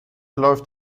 läuft